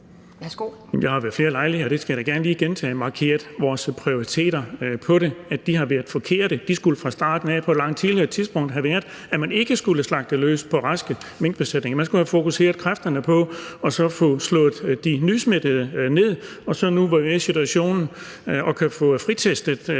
jeg har ved flere lejligheder – og det skal jeg da gerne lige gentage – markeret, at vores prioriteter på det område har været forkerte. De skulle fra starten af – på et langt tidligere tidspunkt – have været sådan, at man ikke skulle slagte løs på raske minkbesætninger. Man skulle have fokuseret kræfterne på at få slået de nysmittede ned. Og nu, hvor vi er i den her situation, gælder det